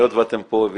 היות שאתם פה,